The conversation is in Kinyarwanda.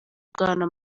bwana